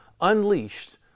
unleashed